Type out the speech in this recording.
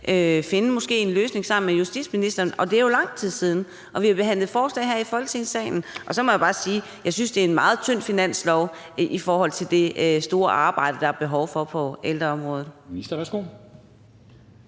finde en løsning sammen med justitsministeren – og det er jo lang tid siden. Og vi har behandlet forslag her i Folketingssalen. Og så må jeg bare sige, at jeg synes, at det er en meget tynd finanslov i forhold til det store arbejde, som der er behov for på ældreområdet.